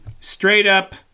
straight-up